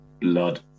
Blood